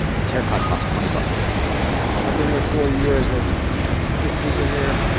his haircut cost twenty bucks i've been here forty years. and since we've been here,